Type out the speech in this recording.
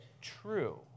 true